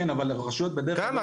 כן, אבל הרשויות בדרך כלל --- כמה,